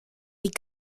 die